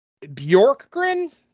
Bjorkgren